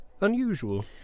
unusual